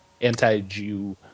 anti-Jew